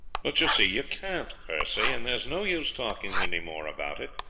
but you see you can't, percy, and there's no use talking any more about it.